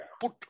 put